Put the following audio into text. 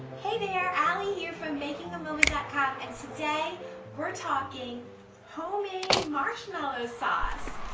hey there. allie here from bakingamoment dot com and today we're talking homemade marshmallow sauce.